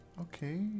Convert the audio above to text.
Okay